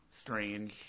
Strange